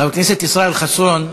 חבר הכנסת ישראל חסון,